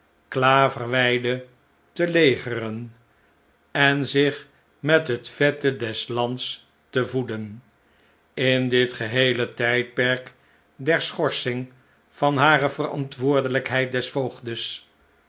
eene klaverweide te legeren en zich met het vette des lands de voeden in ditgeheeletijdperkderschorsing van hare verantwoordelijkheid als